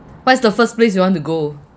what is the first place you want to go